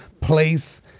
place